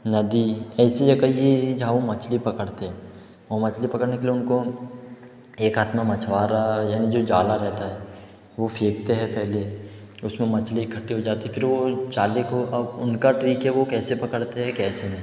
नदी ऐसी जगह ये जहाँ वो मछली पकड़ते हैं और मछली पकड़ने के लिए उनको एक हाथ में मछुआरा यानी जो जाल रहता है वो फेंकते हैं पहले उसमें मछली इकट्ठी हो जाती फिर वो जाल काे अब उनका ट्रिक है वो कैसे पकड़ते हैं कैसे नहीं